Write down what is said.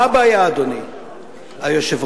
מה הבעיה, אדוני היושב-ראש?